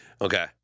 Okay